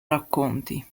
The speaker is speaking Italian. racconti